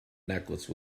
necklace